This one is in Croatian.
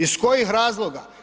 Iz kojih razloga?